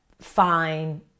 fine